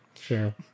sure